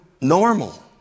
normal